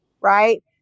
right